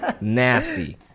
Nasty